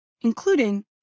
including